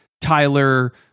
Tyler